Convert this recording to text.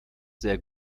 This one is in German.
sehr